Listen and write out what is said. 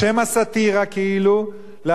להסית ציבורים בציבורים,